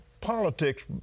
Politics